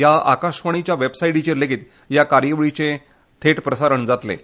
ह्या आकाशवाणीच्या वॅबसायटीचेर लेगीत ह्या कार्यावळीचें प्रसारण जातलें